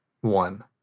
one